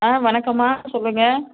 ஆ வணக்கம்மா சொல்லுங்கள்